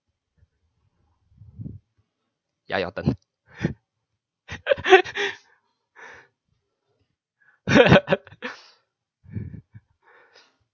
ya your turn